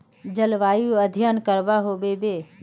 जलवायु अध्यन करवा होबे बे?